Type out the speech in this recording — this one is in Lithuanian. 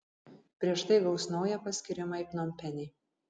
prieš tai gaus naują paskyrimą į pnompenį